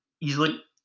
easily